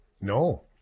No